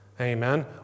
Amen